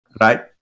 Right